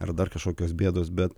ar dar kažkokios bėdos bet